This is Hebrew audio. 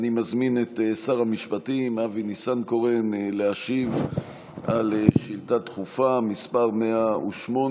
אני מזמין את שר המשפטים אבי ניסנקורן להשיב על שאילתה דחופה מס' 108,